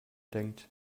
denkt